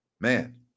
Man